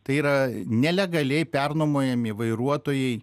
tai yra nelegaliai pernuomojami vairuotojai